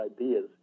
ideas